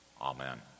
Amen